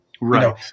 Right